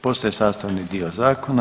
Postaje sastavni dio zakona.